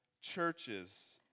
churches